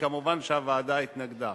ומובן שהוועדה התנגדה.